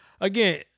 again